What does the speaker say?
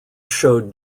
showed